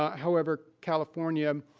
um however, california